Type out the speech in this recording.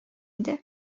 иде